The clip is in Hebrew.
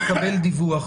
נכון.